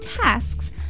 tasks